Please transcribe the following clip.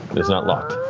it's not locked.